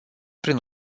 prin